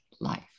life